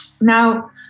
Now